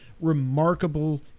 remarkable